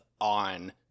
on